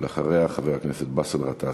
ואחריה, חבר הכנסת באסל גטאס.